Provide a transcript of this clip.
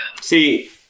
see